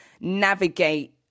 navigate